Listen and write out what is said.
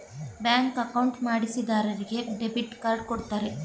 bank account ಮಾಡಿಸಿದರಿಗೆ debit card ಕೊಡ್ತಾರೆ